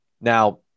Now